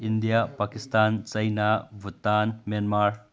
India Pakistan China Bhutan Myanmar